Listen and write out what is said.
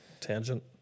tangent